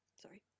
Sorry